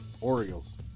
Orioles